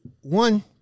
one